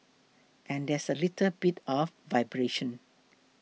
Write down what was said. and there's a little bit of vibration